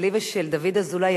שלי ושל דוד אזולאי,